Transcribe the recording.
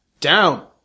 down